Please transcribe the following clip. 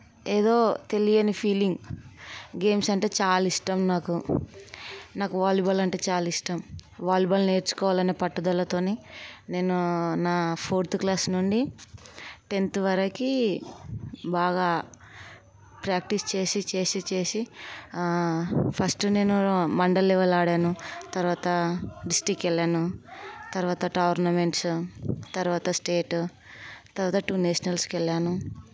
ఏదో తెలియని feeling games అంటే చాల ఇష్టం నాకు నాకు వాలీబాల్ అంటే చాలా ఇష్టం వాలీబాల్ నేర్చుకోవాలనే పట్టుదలతో నేను నా ఫోర్త్ క్లాస్ నుండి టెన్త్ వరకి బాగా ప్రాక్టీస్ చేసి చేసి చేసి ఫస్ట్ నేను మండల్ లెవెల్ ఆడాను తర్వాత డిస్టిక్ ఎల్లాను తర్వాత టోర్నమెంట్స్ తర్వాత స్టేట్ తరువాత టూ నేషనల్స్కి వెళ్ళాను